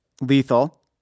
lethal